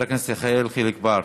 ורבין, חבר הכנסת יחיאל חיליק בר.